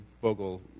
Bogle